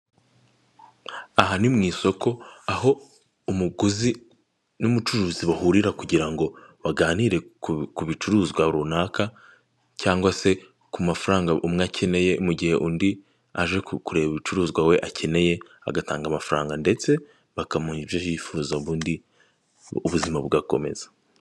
Aha ni mu isoko aho umuguzi n'umucuruzi bahurira kugira ngo baganire ku bicuruzwa runaka cyangwa se ku mafaranga umwe akeneye mu gihe undi aje kureba ibicuruzwa we akeneye agatanga amafaranga ndetse bakamuha ibyo yifuza ngo undi ubuzima bugakomeza.